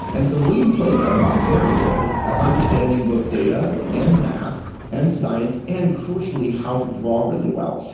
and so william playfair got very good at understanding both data and maths and science and crucially how to draw really well.